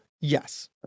Yes